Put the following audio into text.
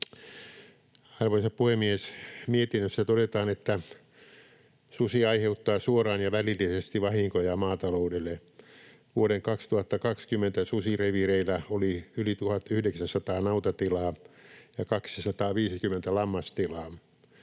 Arvoisa puhemies! Mietinnössä todetaan, että susi aiheuttaa suoraan ja välillisesti vahinkoja maataloudelle. Vuoden 2020 susireviireillä oli yli 1 900 nautatilaa ja 250 lammastilaa.